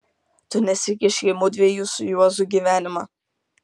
tu nesikišk į mudviejų su juozu gyvenimą